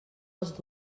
els